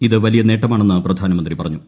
ഇത് വലിയ നേട്ടമാണെന്ന് പ്രധാനമന്ത്രി പറഞ്ഞു